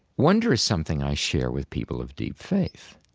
wonder is something i share with people of deep faith.